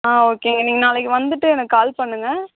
ஆ ஓகேங்க நீங்கள் நாளைக்கி வந்துவிட்டு எனக்குக் கால் பண்ணுங்கள்